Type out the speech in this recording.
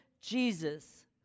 Jesus